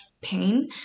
pain